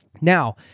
now